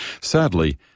Sadly